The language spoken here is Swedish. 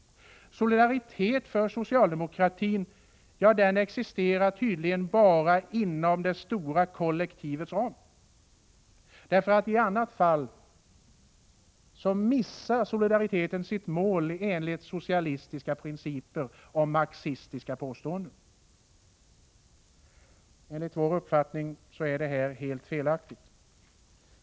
För socialdemokratin existerar solidaritet tydligen bara inom det stora kollektivets ram. I andra sammanhang missar enligt socialistiska principer och marxistiska påståenden solidariteten sitt mål. Enligt vår uppfattning är detta helt felaktigt.